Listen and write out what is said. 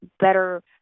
better